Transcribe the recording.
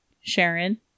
Sharon